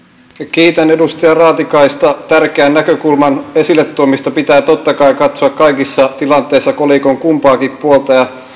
kiitän edustaja raatikaista tärkeän näkökulman esille tuomisesta pitää totta kai katsoa kaikissa tilanteissa kolikon kumpaakin puolta ja